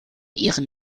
ihren